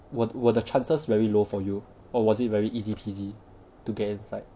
were were the chances very low for you or was it very easy peasy to get inside